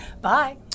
Bye